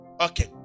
Okay